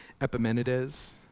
Epimenides